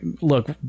look